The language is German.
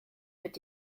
mit